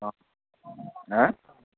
अँ हँ